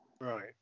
Right